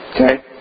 Okay